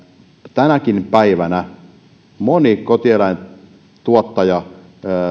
tänäkin päivänä moni kotieläintuottaja